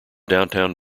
downtown